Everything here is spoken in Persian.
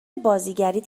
بازیگریت